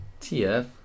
TF